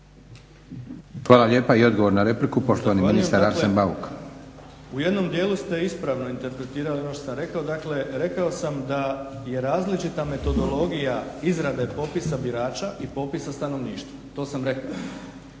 Hvala lijepa. I odgovor na repliku poštovani ministar Arsen Bauk. **Bauk, Arsen (SDP)** Zahvaljujem. U jednom dijelu ste ispravno interpretirali ono što sam rekao. Dakle, rekao sam da je različita metodologija izrade popisa birača i popisa stanovništva, to sam rekao.